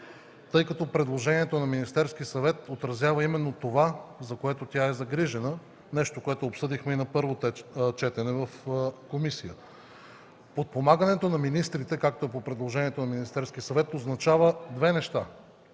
тъй като предложението на Министерския съвет отразява именно това, за което тя е загрижена – нещо, което обсъдихме и на първо четене в комисията. Подпомагането на министрите, както е по предложението на Министерския съвет, означава две неща.